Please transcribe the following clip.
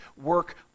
work